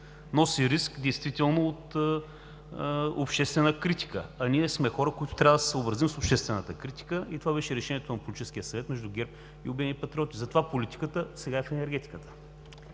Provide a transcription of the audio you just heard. носи риск – носи риск от обществена критика! А ние сме хора, които трябва да се съобразим с обществената критика. Това беше решението на Политическия съвет между ГЕРБ и „Обединени патриоти“. Затова политиката сега е в енергетиката.